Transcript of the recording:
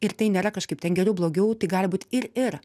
ir tai nėra kažkaip ten geriau blogiau tai gali būt ir ir